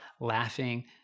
laughing